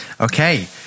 Okay